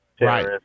right